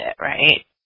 right